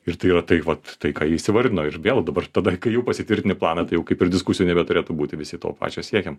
ir tai yra tai vat tai ką jie įsivardino ir vėl dabar tada kai jau pasitvirtini planą tai jau kaip ir diskusijų nebeturėtų būti visi to pačio siekiam